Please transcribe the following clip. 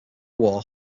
war